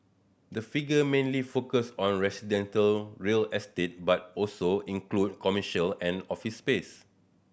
the figure mainly focus on residential real estate but also include commercial and office space